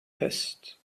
hissed